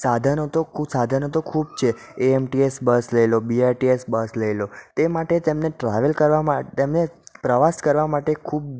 સાધનો તો સાધનો તો ખૂબ છે એએમટીએસ બસ લઈ લો બીઆરટીએસ બસ લઈ લો તે માટે તેમને ટ્રાવેલ કરવામાં તેમને પ્રવાસ કરવા માટે ખૂબ